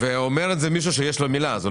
אומר את זה מישהו שיש לו מילה...